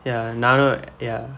ya நானும்:naanum ya